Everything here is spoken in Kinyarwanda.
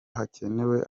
hakenewe